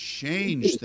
change